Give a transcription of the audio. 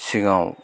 सिगाङाव